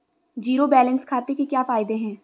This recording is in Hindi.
ज़ीरो बैलेंस खाते के क्या फायदे हैं?